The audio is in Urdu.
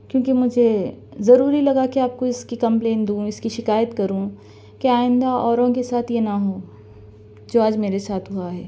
کیونکہ مجھے ضروری لگا کہ آپ کو اِس کی کمپلین دوں اِس کی شکایت کروں کہ آئندہ اوروں کے ساتھ یہ نا ہوں جو آج میرے ساتھ ہُوا ہے